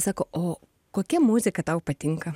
sako o kokia muzika tau patinka